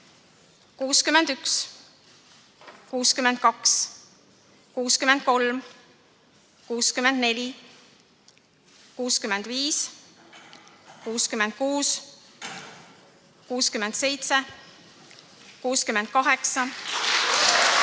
61, 62, 63, 64, 65, 66, 67, 68,